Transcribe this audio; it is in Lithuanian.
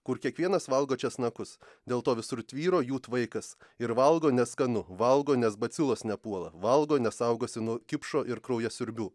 kur kiekvienas valgo česnakus dėl to visur tvyro jų tvaikas ir valgo nes skanu valgo nes bacilos nepuola valgo nes saugosi nuo kipšo ir kraujasiurbių